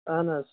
اَہَن حظ